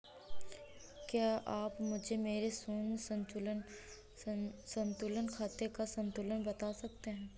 क्या आप मुझे मेरे शून्य संतुलन खाते का संतुलन बता सकते हैं?